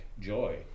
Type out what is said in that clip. joy